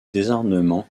désarmement